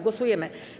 Głosujemy.